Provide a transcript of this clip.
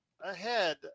ahead